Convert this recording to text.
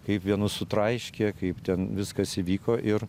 kaip vienus sutraiškė kaip ten viskas įvyko ir